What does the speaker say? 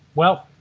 well,